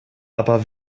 aber